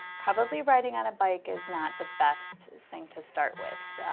probably riding on a bike is not the best thing to start with.